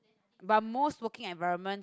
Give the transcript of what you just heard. but most working environment